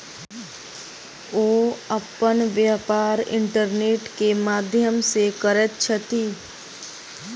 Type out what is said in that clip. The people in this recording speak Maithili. ओ अपन व्यापार इंटरनेट के माध्यम से करैत छथि